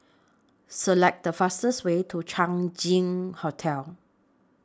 Select The fastest Way to Chang Ziang Hotel